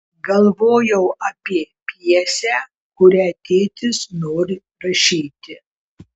galvojau apie pjesę kurią tėtis nori rašyti